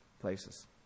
places